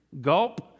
Gulp